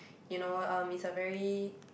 you know um it's a very